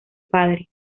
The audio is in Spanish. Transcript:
padre